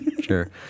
sure